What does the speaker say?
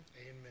Amen